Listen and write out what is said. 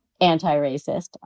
anti-racist